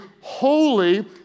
holy